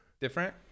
Different